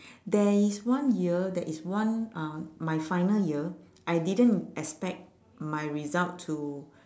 there is one year there is one uh my final year I didn't expect my result to